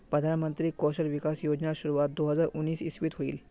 प्रधानमंत्री कौशल विकाश योज्नार शुरुआत दो हज़ार उन्नीस इस्वित होहिल